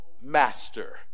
master